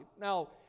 Now